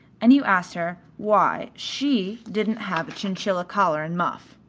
and you asked her why she didn't have a chinchilla collar and muff.